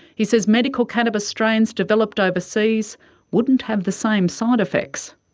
he says medical cannabis strains developed overseas wouldn't have the same side effects.